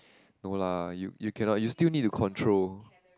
no lah you you cannot you still need to control